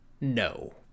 No